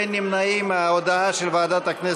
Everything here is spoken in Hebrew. ועדת הכנסת להעביר את פרק י' בהצעת חוק ההתייעלות הכלכלית (תיקוני